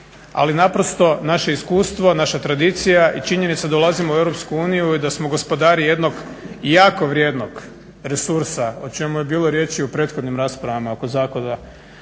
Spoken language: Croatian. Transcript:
ali naprosto naše iskustvo, naša tradicija i činjenica da ulazimo u EU i da smo gospodari jednog jako vrijednog resursa o čemu je bilo riječi u prethodnim raspravama oko Zakona